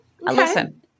Listen